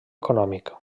econòmic